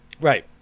Right